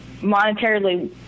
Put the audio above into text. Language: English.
monetarily